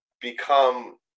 become